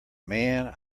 man